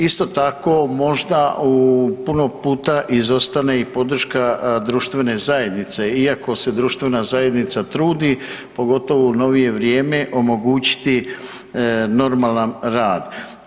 Isto tako možda u puno puta izostane i podrška društvene zajednice, iako se društvena zajednica trudi, pogotovo u novije vrijeme omogućiti normalan rad.